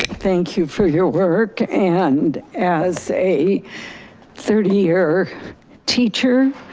thank you for your work and as a thirty year teacher